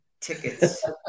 tickets